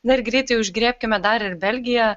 na ir greitai užgriebkime dar ir belgiją